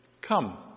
Come